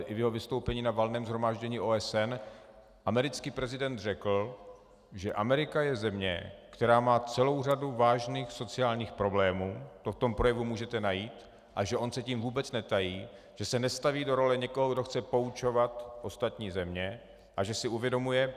I ve svém vystoupení na Valném shromáždění OSN americký prezident řekl, že Amerika je země, která má celou řadu vážných sociálních problémů, to v tom projevu můžete najít, a že on se tím vůbec netají, že se nestaví do role někoho, kdo chce poučovat ostatní země, a že si uvědomuje...